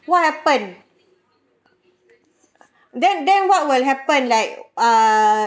what happen then then what will happen like uh